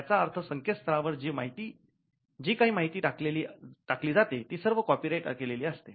याचा अर्थ संकेत स्थळावर जी काही माहिती टाकली जाते ती सर्व कॉपी राईट केलेली असते